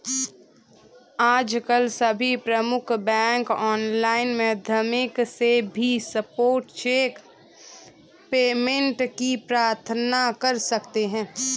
आजकल सभी प्रमुख बैंक ऑनलाइन माध्यम से भी स्पॉट चेक पेमेंट की प्रार्थना कर सकते है